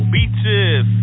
Beaches